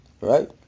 Right